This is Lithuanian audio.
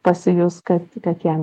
pasijus kad kad jam